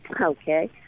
Okay